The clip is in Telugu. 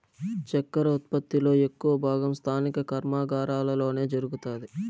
చక్కర ఉత్పత్తి లో ఎక్కువ భాగం స్థానిక కర్మాగారాలలోనే జరుగుతాది